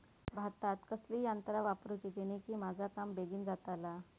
भातात कसली यांत्रा वापरुची जेनेकी माझा काम बेगीन जातला?